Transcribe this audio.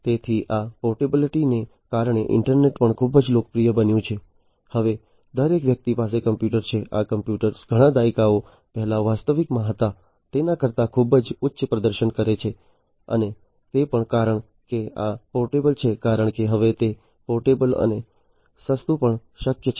તેથી આ પોર્ટેબિલિટીને કારણે ઇન્ટરનેટ પણ ખૂબ લોકપ્રિય બન્યું છે હવે દરેક વ્યક્તિ પાસે કમ્પ્યુટર છે આ કમ્પ્યુટર્સ ઘણા દાયકાઓ પહેલા અસ્તિત્વમાં હતા તેના કરતા ખૂબ જ ઉચ્ચ પ્રદર્શન કરે છે અને તે પણ કારણ કે આ પોર્ટેબલ છે કારણ કે હવે તે પોર્ટેબલ અને સસ્તું પણ શક્ય છે